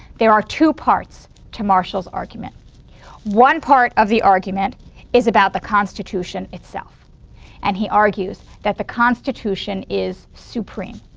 there are two parts to marshall's argument one part of the argument is about the constitution itself and he argues that the constitution is supreme,